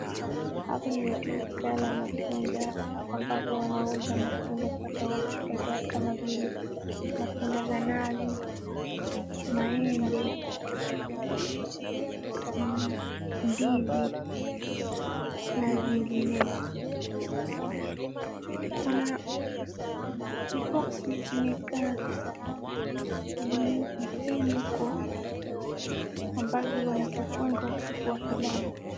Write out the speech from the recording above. Hapa ni duka la matunda, ambapo wanauza matunda tofauti kadhaa kama vile matunda za nazi, maembe, ndizi na zingenezo. Kuna viboxi vimekaa chini huko ambazo wanazifunga wakilala.